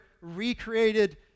recreated